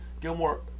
Gilmore